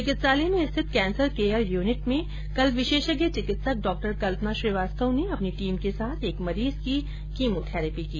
चिकित्सालय में स्थित कैन्सर केयर यूनिट में कल विशेषज्ञ चिकित्सक डॉ कल्पना श्रीवास्तव ने अपनी टीम के साथ एक मरीज की कीमोथेरेपी की